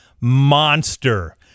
monster